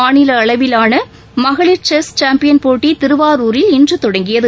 மாநிலஅளவிலானமகளிர் chess champion போட்டிதிருவாரூரில் இன்றுதொடங்கியது